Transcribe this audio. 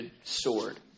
sword